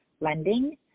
Lending